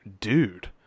dude